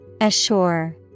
Assure